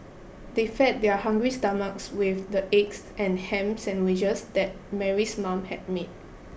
they fed their hungry stomachs with the eggs and ham sandwiches that Mary's mother had made